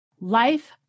Life